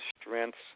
strengths